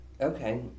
okay